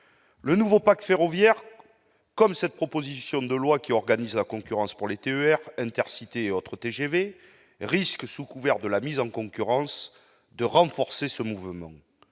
Le nouveau pacte ferroviaire, comme cette proposition de loi qui organise la concurrence pour les TER, Intercités et autres TGV, risque, sous couvert de mise en concurrence, de renforcer ce mouvement.